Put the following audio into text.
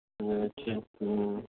ꯎꯝ ꯎꯝ